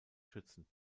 schützen